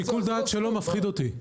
שיקול הדעת של הדיין מפחיד אותי.